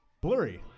Blurry